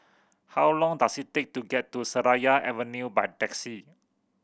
how long does it take to get to Seraya Avenue by taxi